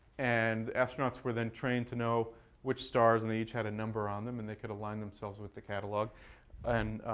and astronauts were then trained to know which stars, and they each had a number on them, and they could align themselves with the catalog and